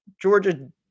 Georgia